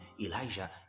Elijah